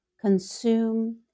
Consume